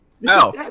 No